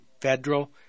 federal